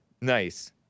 Nice